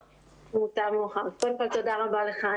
קודם כל תודה רבה לך,